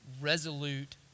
resolute